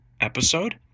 episode